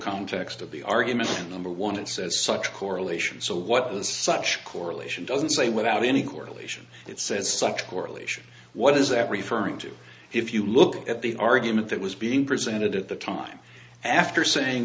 context of the argument number one it says such correlations so what the such correlation doesn't say without any correlation it says such a correlation what does that referring to if you look at the argument that was being presented at the time after saying